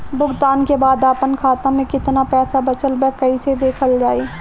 भुगतान के बाद आपन खाता में केतना पैसा बचल ब कइसे देखल जाइ?